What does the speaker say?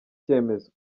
cyemezo